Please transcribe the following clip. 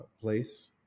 place